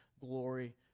glory